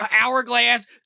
hourglass